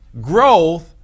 growth